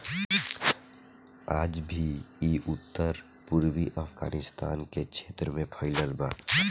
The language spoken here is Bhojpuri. आज भी इ उत्तर पूर्वी अफगानिस्तान के क्षेत्र में फइलल बा